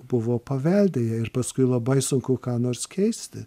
buvo paveldėję ir paskui labai sunku ką nors keisti